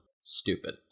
stupid